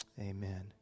Amen